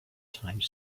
time